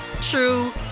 true